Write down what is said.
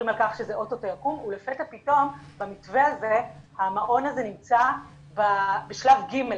על כך שזה אוטוטו יקום ולפתע פתאום במתווה הזה המעון הזה נמצא בשלב ג'.